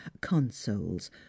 consoles